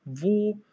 wo